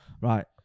Right